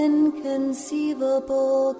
Inconceivable